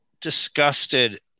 disgusted